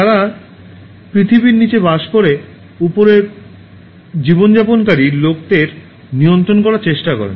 তারা পৃথিবীর নীচে বাস করে উপরে জীবনযাপনকারী লোকদের নিয়ন্ত্রণ করার চেষ্টা করেন